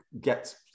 get